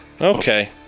okay